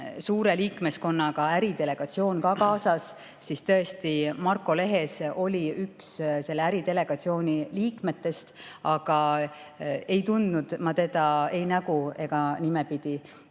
suure liikmeskonnaga äridelegatsioon kaasas, siis tõesti, Marko Lehes oli üks selle äridelegatsiooni liikmetest. Aga ei tundnud ma teda ei nägu- ega nimepidi.